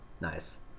Nice